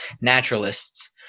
naturalists